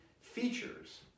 features